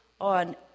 on